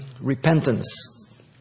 repentance